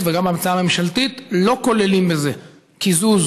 וגם בהצעה הממשלתית לא כוללים קיזוז,